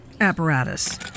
apparatus